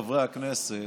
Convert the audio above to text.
חברי הכנסת,